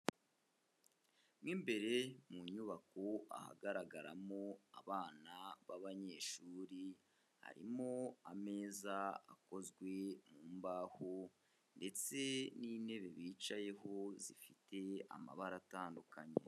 Mo imbere mu nyubako ahagaragaramo abana b'abanyeshuri, harimo ameza akozwe mu mbaho ndetse n'intebe bicayeho zifite amabara atandukanye.